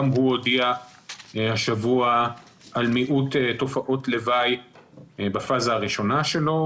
גם הוא הודיע השבוע על מיעוט תופעות לוואי בפאזה הראשונה שלו.